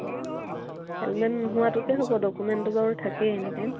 helmet নোহোৱাটোকে হ'ব ডকুমেণ্টতো বাৰু থাকেই এনি টাইম